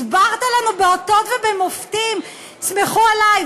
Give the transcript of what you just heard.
הסברת לנו באותות ובמופתים: תסמכו עלי.